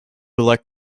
elect